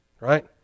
Right